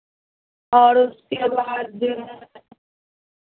और उसके बाद जो है